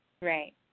Right